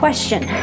Question